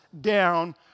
down